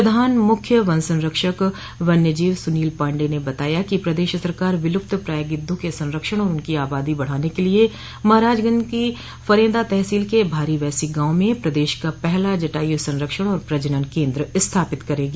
प्रधान मुख्य वन संरक्षक वन्य जीव सुनील पाण्डेय ने बताया कि प्रदेश सरकार विलुप्त प्रायः गिद्वों के संरक्षण और उनकी आबादी बढ़ाने के लिये महराजगंज की फरेंदा तहसील के भारी वैसी गांव में प्रदेश का पहला जटायु संरक्षण और प्रजनन केन्द्र स्थापित करेगी